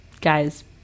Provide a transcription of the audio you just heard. guys